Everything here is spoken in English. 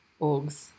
orgs